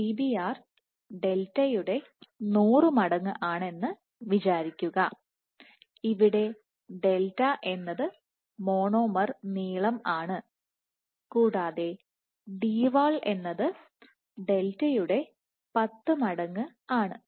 Dbr ഡെൽറ്റയുടെ 100 മടങ്ങ് ആണെന്ന് വിചാരിക്കുക ഇവിടെ ഡെൽറ്റ എന്നത് മോണോമർ നീളം ആണ് കൂടാതെ Dwall എന്നത് ഡെൽറ്റയുടെ 10 മടങ്ങ് ആണ്